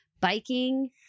biking